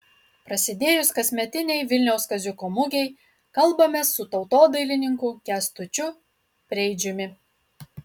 prasidėjus kasmetinei vilniaus kaziuko mugei kalbamės su tautodailininku kęstučiu preidžiumi